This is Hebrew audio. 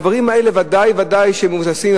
הדברים האלה ודאי וודאי שהם מבוססים,